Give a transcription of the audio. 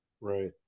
Right